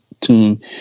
tune